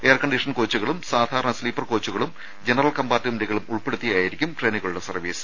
air condition കോച്ചുകളും സാധാരണ sleeper കോച്ചുകളും ജനറൽ കമ്പാർട്ടുമെന്റുകളും ഉൾപ്പെടുത്തിയായിരിക്കും ട്രെയിനുകളുടെ സർവ്വീസ്